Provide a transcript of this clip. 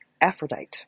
Aphrodite